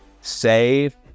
save